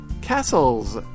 castles